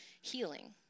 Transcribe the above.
healing